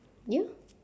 you